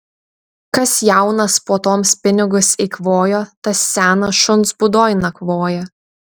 kas jaunas puotoms pinigus eikvojo tas senas šuns būdoj nakvoja